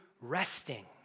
resting